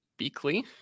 Beakley